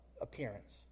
appearance